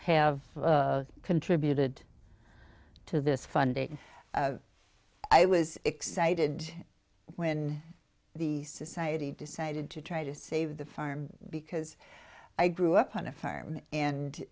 have contributed to this funding i was excited when the society decided to try to save the farm because i grew up on a farm and